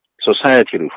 society